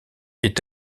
est